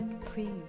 please